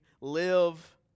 live